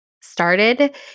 started